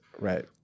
Right